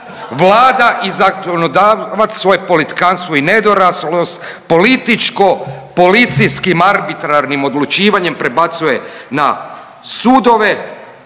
Vlada i zakonodavac svoje politikantstvo i nedoraslost političko policijskim arbitrarnim odlučivanjem prebacuje na sudove